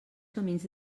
camins